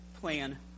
plan